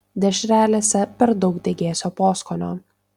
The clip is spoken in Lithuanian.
dešrelėse per daug degėsio poskonio